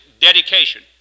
dedication